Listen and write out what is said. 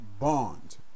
bond